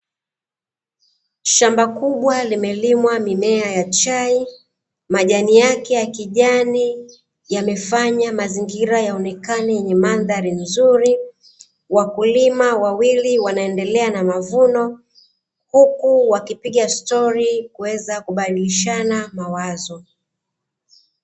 Shamba kubwa limelimwa mimea ya chai, majani yake ya kijani yamefanya mazingira yaonekane yenye mandhari nzuri, wakulima wawili wanaendelea na mavuno, huku wakipiga stori kuweza kubadilishana mawazo.